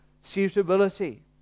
suitability